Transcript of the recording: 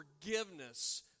forgiveness